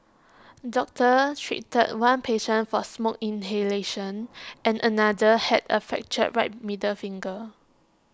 doctors treated one patient for smoke inhalation and another had A fractured right middle finger